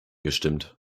gestimmt